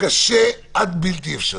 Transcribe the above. קשה עד בלתי אפשרי.